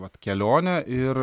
vat kelionę ir